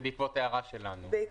זה בעקבות הערה שלנו.